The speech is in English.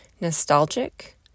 nostalgic